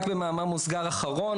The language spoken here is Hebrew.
רק במאמר מוסגר אחרון,